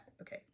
Okay